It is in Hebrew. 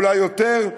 אולי יותר,